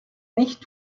nicht